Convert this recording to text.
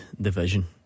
division